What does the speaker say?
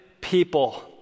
people